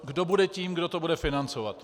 Kdo bude tím, kdo to bude financovat?